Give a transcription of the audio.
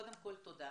קודם כל תודה.